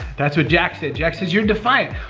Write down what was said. that's what jack said. jack says, you're defiant.